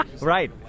Right